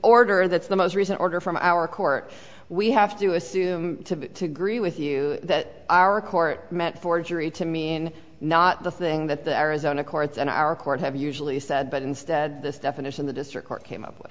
order that's the most recent order from our court we have to assume to greet with you that our court met forgery to mean not the thing that the arizona courts and our court have usually said but instead this definition the district court came up with